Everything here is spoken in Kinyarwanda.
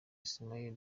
ismaila